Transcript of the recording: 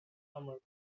summer